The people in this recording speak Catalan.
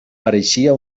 pareixia